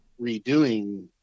redoing